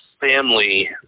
family